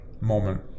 moment